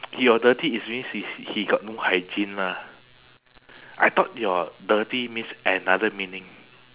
your dirty it means he's he got no hygiene lah I thought your dirty means another meaning